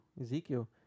ezekiel